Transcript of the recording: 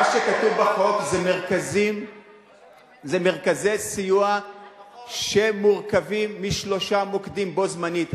מה שכתוב בחוק זה מרכזי סיוע שמורכבים משלושה מוקדים בו-זמנית.